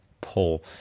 pull